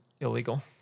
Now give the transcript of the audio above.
illegal